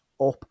up